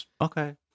okay